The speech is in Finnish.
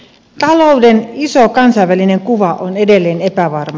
talouden iso kansainvälinen kuva on edelleen epävarma